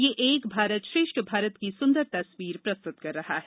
यह एक भारत श्रेष्ठ भारत की सुंदर तस्वीर प्रस्तुत कर रहा है